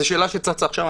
זו שאלה שצצה עכשיו,